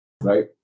Right